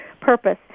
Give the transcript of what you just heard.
purpose